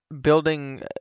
building